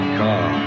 car